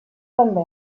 també